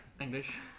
English